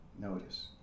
notice